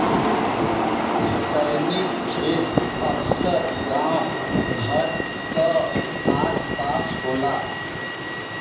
पुस्तैनी खेत अक्सर गांव घर क आस पास होला